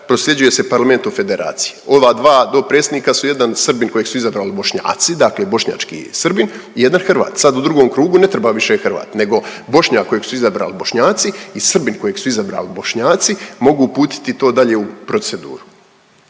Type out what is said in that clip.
prosljeđuje se Parlamentu Federacije“. Ova dva dopredsjednika su jedan Srbin kojeg su izabrali Bošnjaci, dakle bošnjački Srbin i jedan Hrvat. Sad u drugom krugu ne treba više Hrvat nego Bošnjak kojeg su izabrali Bošnjaci i Srbin kojeg su izabrali Bošnjaci mogu uputiti to dalje u proceduru.